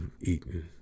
eaten